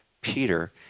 Peter